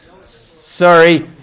Sorry